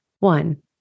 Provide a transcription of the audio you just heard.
One